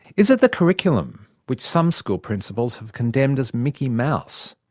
is it the curriculum, which some school principals have condemned as mickey mouse?